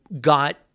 got